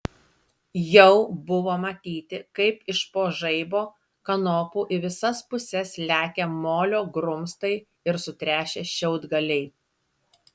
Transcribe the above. jau buvo matyti kaip iš po žaibo kanopų į visas puses lekia molio grumstai ir sutrešę šiaudgaliai